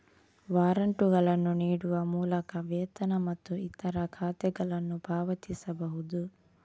ವಾರಂಟುಗಳನ್ನು ನೀಡುವ ಮೂಲಕ ವೇತನ ಮತ್ತು ಇತರ ಖಾತೆಗಳನ್ನು ಪಾವತಿಸಬಹುದು